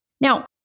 Now